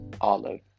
Olive